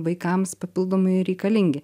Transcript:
vaikams papildomai reikalingi